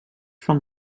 from